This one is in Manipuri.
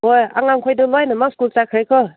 ꯍꯣꯏ ꯑꯉꯥꯡꯈꯣꯏꯗꯨ ꯂꯣꯏꯅꯃꯛ ꯁ꯭ꯀꯨꯜ ꯆꯠꯈ꯭ꯔꯦꯀꯣ